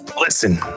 Listen